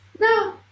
No